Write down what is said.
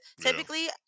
typically